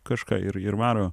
kažką ir ir varo